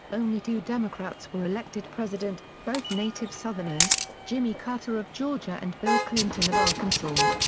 only two democrats were elected president, both native southerners jimmy carter of georgia and bill clinton of arkansas.